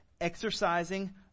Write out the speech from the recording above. exercising